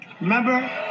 Remember